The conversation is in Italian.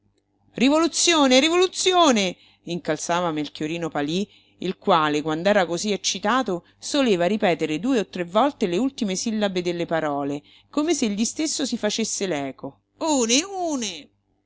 rivoluzione rivoluzione incalzava melchiorino palí il quale quand'era cosí eccitato soleva ripetere due e tre volte le ultime sillabe delle parole come se egli stesso si facesse